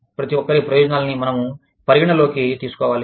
ప్రతి ఒక్కరి ప్రయోజనాలను మనం పరిగణనలోకి తీసుకోవాలి